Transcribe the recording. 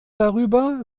darüber